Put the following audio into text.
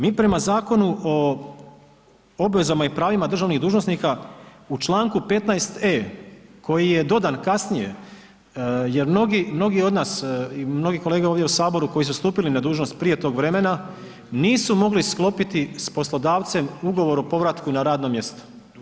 Mi prema Zakonu o obvezama i pravima državnih dužnosnika u Članku 15e. koji je dodan kasnije jer mnogi od nas i mnogi kolege ovdje u saboru koji su stupili na dužnost prije tog vremena nisu mogli sklopiti s poslodavcem ugovor o povratku na radno mjesto.